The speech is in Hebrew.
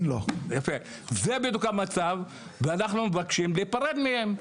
זה בדיוק המצב, ואנחנו מבקשים להיפרד מהם.